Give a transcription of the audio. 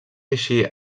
així